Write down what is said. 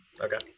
okay